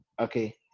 Okay